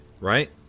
right